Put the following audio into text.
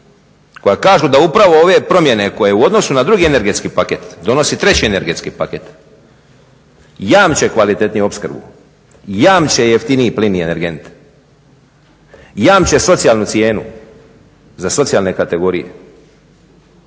koja kažu da upravo ove promjene koje u odnosu na 2.energetski paket donosi 3.energetski paket jamče kvalitetniju opskrbu, jamče jeftiniji plin i energent, jamče socijalnu cijenu za socijalne kategorije